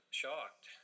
shocked